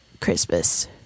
Christmas